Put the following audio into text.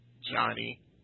Johnny